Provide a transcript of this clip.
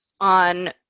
on